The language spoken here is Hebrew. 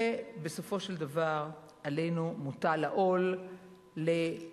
ובסופו של דבר עלינו מוטל העול למגרה,